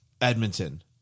Edmonton